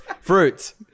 Fruits